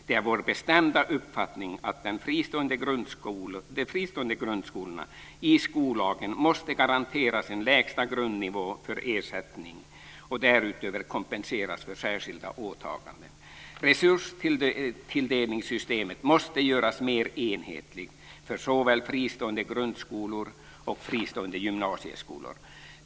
Det är vår bestämda uppfattning att de fristående grundskolorna i skollagen måste garanteras en lägsta grundnivå för ersättning och därutöver kompenseras för särskilda åtaganden. Resurstilldelningssystemet måste göras mer enhetligt för såväl fristående grundskolor som fristående gymnasieskolor.